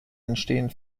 entstehen